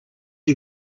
you